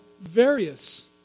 various